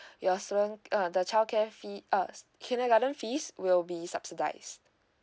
your student uh the childcare fee uh kindergarten fees will be subsidized